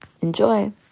Enjoy